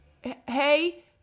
hey